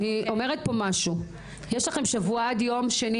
יש לכם שבוע, עד יום שני